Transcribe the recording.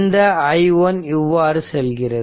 இந்த i1 இவ்வாறு செல்கிறது